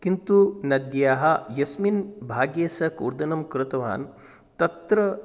किन्तुः नद्याः यस्मिन् भागे सः कूर्दनं कृतवान् तत्र